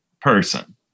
person